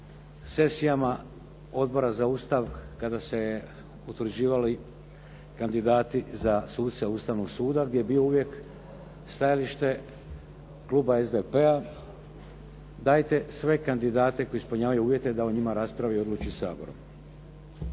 sesijama Odbora za Ustav kada su se utvrđivali kandidati za suca Ustavnog suda gdje je bilo uvijek stajalište kluba SDP-a, dajte sve kandidate koji ispunjavaju uvjete da o njima raspravi i odluči Sabor.